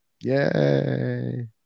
Yay